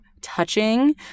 touching